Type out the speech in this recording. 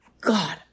God